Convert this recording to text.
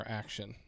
action